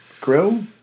Grill